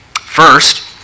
First